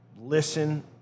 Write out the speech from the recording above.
listen